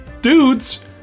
dudes